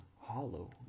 hollow